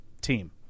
team